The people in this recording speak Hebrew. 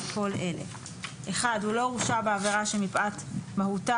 כל אלה: הוא לא הורשע בעבירה שמפאת מהותה,